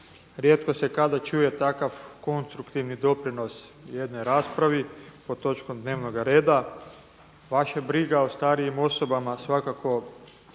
Rijetko se kada čuje takav konstruktivni doprinos jednoj raspravi pod točkom dnevnoga reda. Vaša briga o starijim osobama svakako